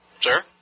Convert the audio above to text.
Sir